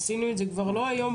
עשינו את זה לא פעם.